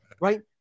right